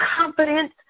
confidence